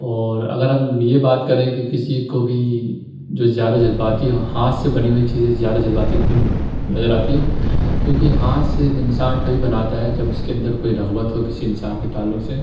اور اگر ہم یہ بات کریں کہ کسی کو بھی جو زیادہ جذباتی ہو ہاتھ سے بنی ہوئی چیزیں زیادہ جذباتی کیوں نظر آتی ہے کیونکہ ہاتھ سے ایک انسان تبھی بناتا ہے جب اس کے اندر کوئی رغبت ہو کسی انسان کے تعلق سے